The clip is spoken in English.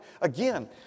again